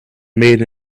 made